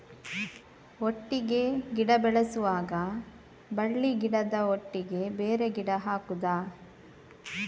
ಒಟ್ಟಿಗೆ ಗಿಡ ಬೆಳೆಸುವಾಗ ಬಳ್ಳಿ ಗಿಡದ ಒಟ್ಟಿಗೆ ಬೇರೆ ಗಿಡ ಹಾಕುದ?